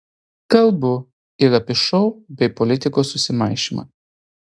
kalbu ir apie šou bei politikos susimaišymą